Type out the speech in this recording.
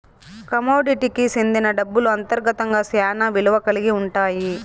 కమోడిటీకి సెందిన డబ్బులు అంతర్గతంగా శ్యానా విలువ కల్గి ఉంటాయి